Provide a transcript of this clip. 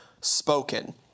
spoken